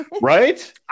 Right